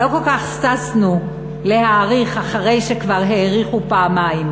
לא כל כך ששנו להאריך אחרי שכבר האריכו פעמיים.